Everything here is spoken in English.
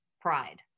pride